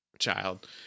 child